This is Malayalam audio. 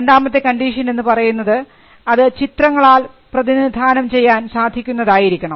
രണ്ടാമത്തെ കണ്ടീഷൻ എന്ന് പറയുന്നത് അത് ചിത്രങ്ങളാൽ പ്രതിനിധാനം ചെയ്യാൻ സാധിക്കുന്നതായിരിക്കണം